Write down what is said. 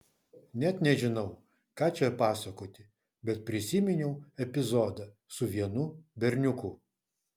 net nežinau ką čia pasakoti bet prisiminiau epizodą su vienu berniuku